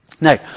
Now